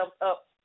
up